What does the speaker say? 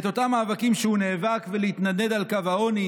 את אותם מאבקים שהוא נאבק ולהתנדנד על קו העוני,